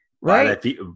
right